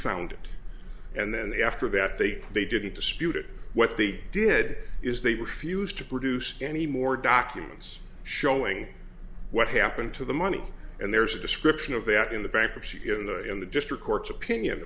found it and then after that they they didn't dispute it what they did is they refused to produce any more documents showing what happened to the money and there's a description of that in the bankruptcy in the in the district court's opinion